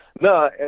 No